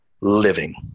living